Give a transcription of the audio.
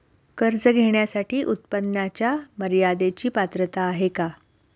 कर्ज घेण्यासाठी उत्पन्नाच्या मर्यदेची पात्रता आहे का?